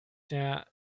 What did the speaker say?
der